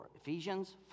Ephesians